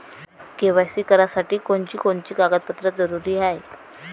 KYC करासाठी कोनची कोनची कागद जरुरी हाय?